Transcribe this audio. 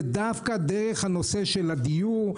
זה דווקא דרך הנושא של הדיור,